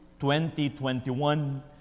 2021